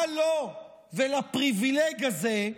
מה לו, לפריבילג הזה,